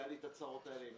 היו לי הצרות האלה עם